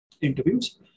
interviews